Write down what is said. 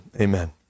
amen